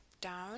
down